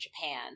Japan